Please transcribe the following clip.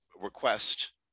request